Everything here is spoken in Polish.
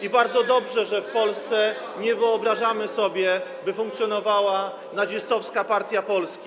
I bardzo dobrze, że w Polsce nie wyobrażamy sobie, by funkcjonowała nazistowska partia Polski.